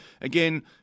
again